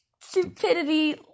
stupidity